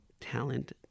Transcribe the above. talent